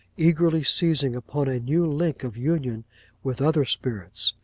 eagerly seizing upon a new link of union with other spirits!